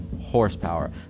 horsepower